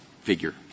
figure